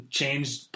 changed